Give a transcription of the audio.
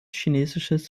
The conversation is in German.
chinesisches